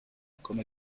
come